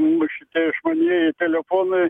mū šitie išmanieji telefonai